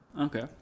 Okay